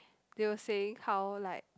they were saying how like